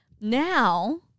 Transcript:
Now